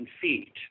feet